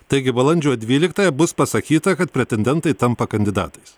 taigi balandžio dvyliktąją bus pasakyta kad pretendentai tampa kandidatais